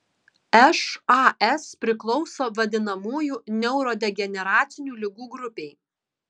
šas priklauso vadinamųjų neurodegeneracinių ligų grupei